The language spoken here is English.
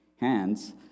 hands